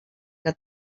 que